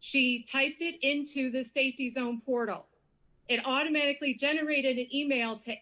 she typed it into the safety zone portal it automatically generated it email to